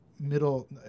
middle